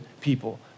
people